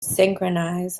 synchronize